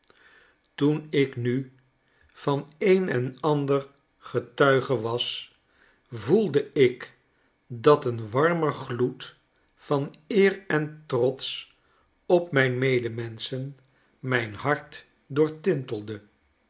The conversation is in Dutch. toen ik nu van een en ander getuige was voelde ik dat een warmer gloed van eer en trots op mijn medemenschen mijn hart doortintelde